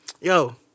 Yo